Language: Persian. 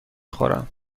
خورم